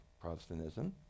Protestantism